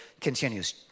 continues